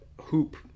hoop